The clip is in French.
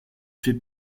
fait